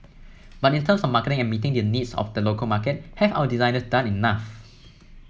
but in terms of marketing and meeting the needs of the local market have our designers done enough